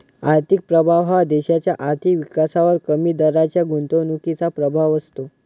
आर्थिक प्रभाव हा देशाच्या आर्थिक विकासावर कमी दराच्या गुंतवणुकीचा प्रभाव असतो